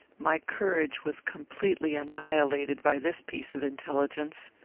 my courage was completely annihilated by this piece of intelligence.